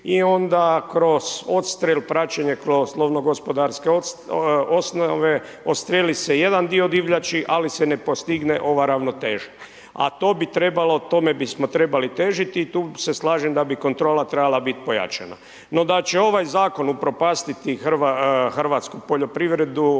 i onda kroz odstrel, praćenje kroz lovno-gospodarske osnove odstreli se jedan dio divljači ali se ne postigne ova ravnoteža, a to bi trebalo, tome bismo trebali težiti tu se slažem da bi kontrola trebala biti pojačana. No da će ovaj Zakon upropasti Hrvatsku poljoprivredu